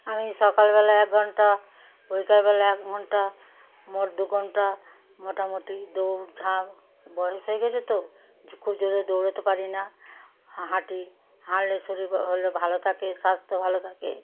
আমি সকালবেলা এক ঘন্টা বিকালবেলা এক ঘন্টা মোট দু ঘন্টা মোটামুটি দৌড় ঝাঁপ বয়স হয়ে গিয়েছে তো জো খুব জোরে দৌড়তে পারি না হাঁটি হাঁটলে শরীর হলে ভালো থাকে স্বাস্থ্য ভালো থাকে